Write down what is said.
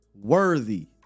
worthy